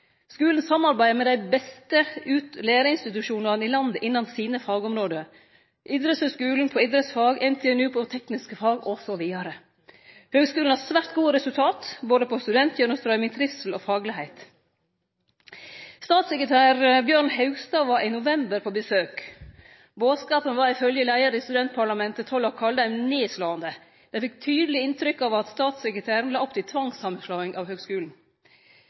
Skulen samarbeider med dei beste læreinstitusjonane i landet innan fagområda sine – Norges idrettshøgskole på idrettsfag, NTNU på tekniske fag, osv. Høgskulen har svært gode resultat, både på studentgjennomstrøyming, trivsel og faglegheit. Statssekretær Bjørn Haugstad var i november på besøk. Bodskapen var ifølgje leiaren i studentparlamentet, Tollak Kaldheim, nedslåande. Dei fekk tydeleg inntrykk av at statssekretæren la opp til tvangssamanslåing for høgskulen.